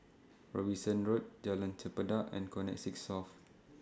Robinson Road Jalan Chempedak and Connexis South